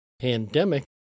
pandemic